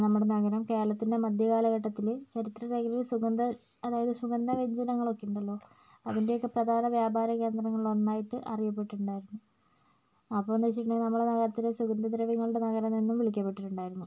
നമ്മുടെ നഗരം കേരളത്തിൻ്റെ മധ്യകാലഘട്ടത്തിൽ ചരിത്ര രേഖയിൽ സുഗന്ധ അതായത് സുഗന്ധ വ്യഞ്ജനങ്ങളൊക്കെയുണ്ടല്ലോ അതിൻ്റെയൊക്കെ പ്രധാന വ്യാപാര കേന്ദ്രങ്ങളിലൊന്നായിട്ട് അറിയപ്പെട്ടിട്ടുണ്ടായിരുന്നു അപ്പോഴെന്ന് വെച്ചിട്ടുണ്ടെങ്കിൽ നമ്മുടെ നഗരത്തിലെ സുഗന്ധദ്രവ്യങ്ങളുടെ നഗരം എന്നും വിളിക്കപ്പെട്ടിട്ടുണ്ടായിരുന്നു